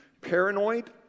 paranoid